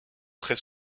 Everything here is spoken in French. très